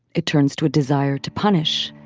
it turns to a desire to punish.